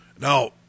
Now